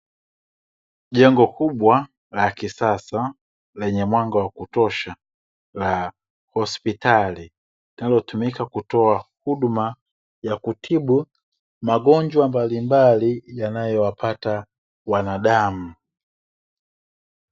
Jengo kubwa la kisasa, lenye mwanga wa kutosha, la hospitali, linalotumika kutoa huduma ya kutibu magonjwa mbalimbali yanayowapata wanadamu.